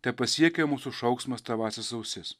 tepasiekia mūsų šauksmas tavąsias ausis